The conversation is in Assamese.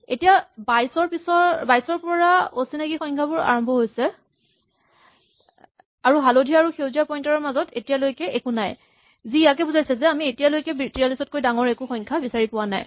এতিয়া ২২ ৰ পৰা অচিনাকী সংখ্যাবোৰ আৰম্ভ হৈছে আৰু হালধীয়া আৰু সেউজীয়া পইন্টাৰ ৰ মাজত এতিয়ালৈকে একো নাই যি ইয়াকে বুজাইছে যে আমি এতিয়ালৈকে ৪৩ তকৈ ডাঙৰ একো বিচাৰি পোৱা নাই